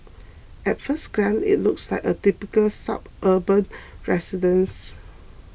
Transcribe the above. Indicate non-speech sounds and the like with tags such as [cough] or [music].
at first glance it looks like a typical suburban [noise] residence